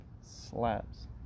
slaps